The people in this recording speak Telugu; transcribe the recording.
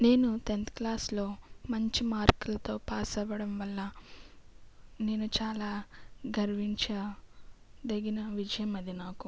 నేను టెన్త్ క్లాసులో మంచి మార్కులతో పాస్ అవ్వడం వల్ల నేను చాలా గర్వించదగిన విషయం అది నాకు